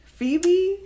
Phoebe